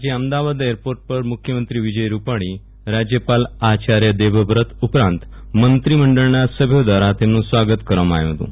જયાં અમદાવાદ એરપોર્ટ પર મુખ્યમંત્રી વિજયરૂપાણી રાજયપાલ આચાર્ય દેવવ્રત ઉપરાંત મંત્રીમંડળના સભ્યો દ્રારા તેમનું સ્વાગત કરવામાં આવ્યુ હતું